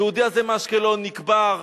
היהודי הזה מאשקלון נקבר.